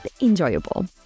enjoyable